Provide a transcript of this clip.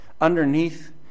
underneath